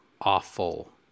awful